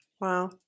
Wow